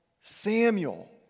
Samuel